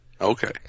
Okay